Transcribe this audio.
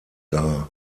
dar